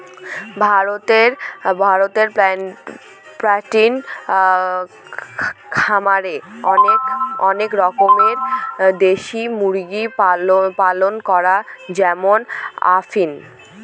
ভারতে পোল্ট্রি খামারে অনেক রকমের দেশি মুরগি পালন হয় যেমন আসিল